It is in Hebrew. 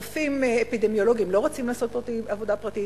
רופאים אפידמיולוגים לא רצים לעשות עבודה פרטית.